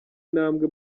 intambwe